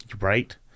right